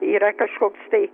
yra kažkoks tai